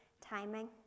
timing